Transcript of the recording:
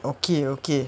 okay okay